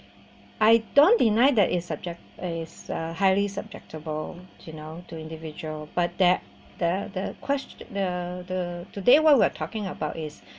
I don't deny that it's subject it's a highly subject~ you know to individual but that the the questio~ the the today what we're talking about is